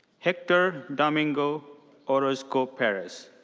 hector domingo orozco perez.